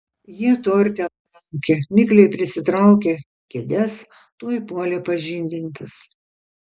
jie to ir telaukė mikliai prisitraukę kėdes tuoj puolė pažindintis